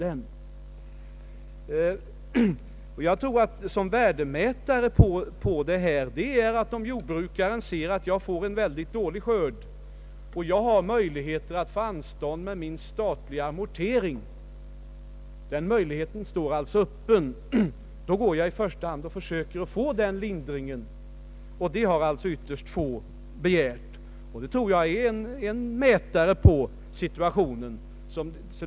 En värdemätare på behovet av ersättning är antalet ansökningar om anstånd med amortering. Om en lantbrukare ser att han får en mycket dålig skörd och har möjlighet att få anstånd med sin statliga amortering — den möjligheten står alltså öppen — försöker han i första hand få den lindringen. Emellertid har ytterst få begärt denna lindring, vilket jag tycker är en mätare på situationen.